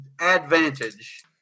Advantage